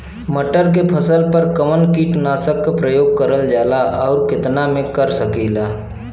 मटर के फसल पर कवन कीटनाशक क प्रयोग करल जाला और कितना में कर सकीला?